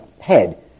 head